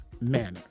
manner